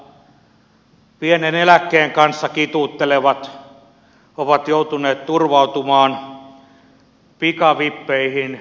yhtä lailla pienen eläkkeen kanssa kituuttelevat ovat joutuneet turvautumaan pikavippeihin